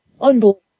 unbelievable